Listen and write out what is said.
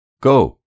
Go